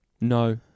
No